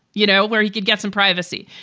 you know, where he could get some privacy.